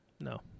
no